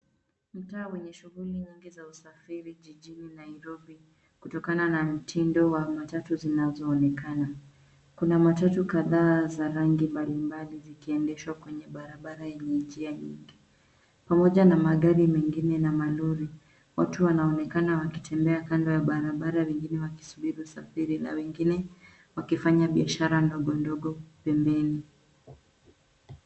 Mtaa wenye shuguli nyingi za usafiri jijini Nairobi, kutokana na mtindo wa matatu zinazoonekana. Kuna matatu kadhaa za rangi mbalimbali zikiendeshwa kwenye barabra yenye njia nyingi. Pamoja na magari mengine na malori , watu wanaonekana wakitembea kando ya barabara, wengine wakisubiri usafiri na wengine wakifanya biashara ndogo ndogo pembeni.